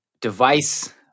device